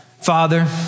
Father